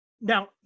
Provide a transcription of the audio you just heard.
Now